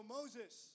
Moses